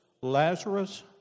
Lazarus